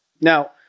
Now